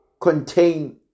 contain